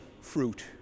fruit